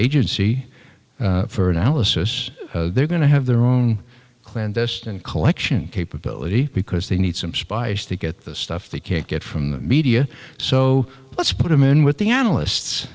agency for analysis they're going to have their own clandestine collection capability because they need some spice to get the stuff they can't get from the media so let's put them in with the analysts